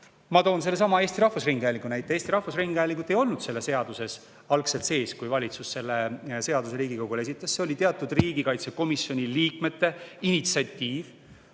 Ma toon sellesama Eesti Rahvusringhäälingu näite. Eesti Rahvusringhäälingut ei olnud selles eelnõus algselt sees, kui valitsus selle Riigikogule esitas. See oli teatud riigikaitsekomisjoni liikmete initsiatiiv,